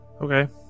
Okay